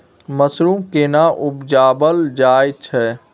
Mushroom केना उबजाबल जाय छै?